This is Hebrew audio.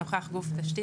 נוכח גוף התשתית,